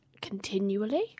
continually